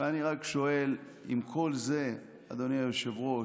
ואני רק שואל: עם כל זה, אדוני היושב-ראש,